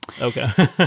okay